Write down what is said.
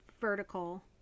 vertical